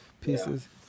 pieces